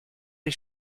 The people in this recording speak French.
les